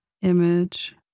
Image